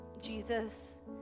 Jesus